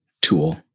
tool